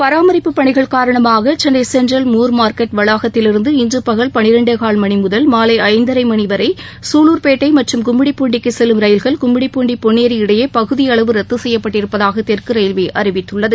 பராமரிப்புப் பணிகள் காரணமாக சென்னை சென்ட்ரல் மூர்மார்க்கெட் வளாகத்திலிருந்து இன்று பகல் பன்னிரண்டேகால் மணிமுதல் மாலை ஐந்தரை மணிவரை சூலூர்பேட்டை மற்றும் கும்மிடிப்பூண்டிக்குச் செல்லும் ரயில்கள் கும்மிடிப்பூண்டி பொன்னேரி இடையே பகுதியளவு ரத்து செய்யப்பட்டிருப்பதாக தெற்கு ரயில்வே அறிவித்கள்ளது